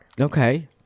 okay